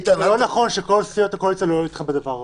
זה לא נכון שכל סיעות הקואליציה לא תמכו בדבר הזה.